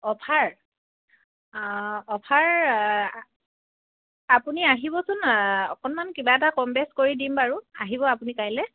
offer offer আ আপুনি আহিবচোন অকণমান কিবা এটা কম বেচ কৰি দিম বাৰু আহিব আপুনি কাইলৈ